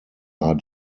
are